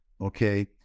okay